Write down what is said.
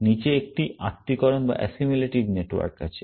নীচে একটি আত্তীকরণ নেটওয়ার্ক আছে